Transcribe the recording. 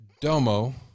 Domo